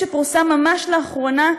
שפורסם ממש לאחרונה,